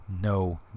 no